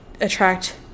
attract